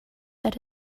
that